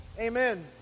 Amen